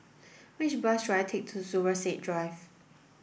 which bus should I take to Zubir Said Drive